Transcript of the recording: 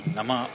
Nama